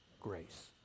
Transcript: grace